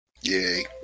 Yay